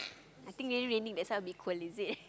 I think maybe raining that's why a bit cold is it